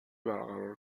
برقرار